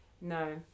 No